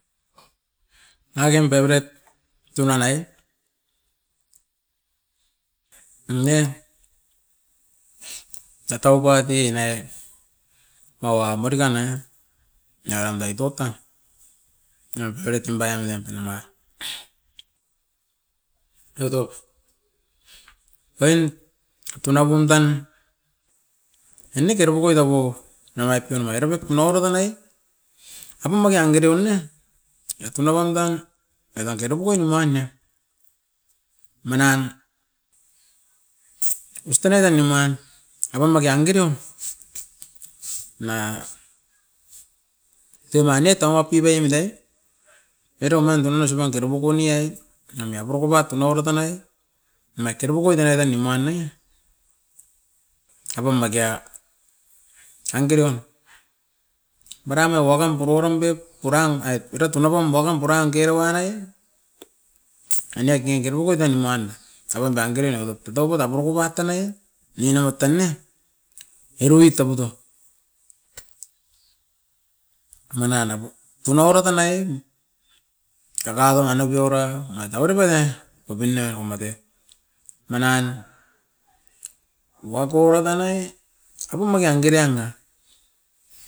Nanga kain favret tunan ai mm ne tatau bati ne, owa murikan ai niaram dae totap niam era taim baiam nen punama. Tutop, oin tunapum tan eniot kere pokoi taupo na baip tan nanga ritip no ro tanai, apum magean didio ne e tunapam tan enat era pua nimuan ne. Manan ostan naikan nimuan apam makian didio, enat deuman ne tauap bibeim ne era omain dunana ausipan dero pukuni ai, ame a boroko pat tuno oira tanai mekeru pukoi tenai tan nimuan ne, apam magea ain dirio. Maram a wakam puruarum biop puram ait era tuna pam baukam purain kerowa naie, enia kin keruru pokoi tanim uan ne. Apam nangakeren eva top, totoput a puruku evat tanai nin evat tan ne, era oit tabuto. A manan abup tunauara tanai era ko mani pioura, ait avere pan ne kopin niako matet. Manan wau tuara tanai apum magean dirian ne.